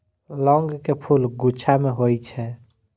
लौंग के फूल गुच्छा मे होइ छै